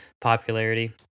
popularity